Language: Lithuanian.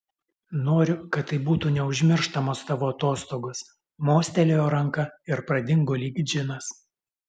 noriu kad tai būtų neužmirštamos tavo atostogos mostelėjo ranka ir pradingo lyg džinas